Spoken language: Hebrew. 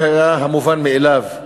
זה המובן מאליו.